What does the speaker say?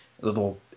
little